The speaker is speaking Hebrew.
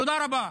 תודה רבה.